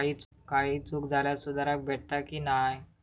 काही चूक झाल्यास सुधारक भेटता की नाय?